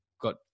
got